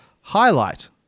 highlight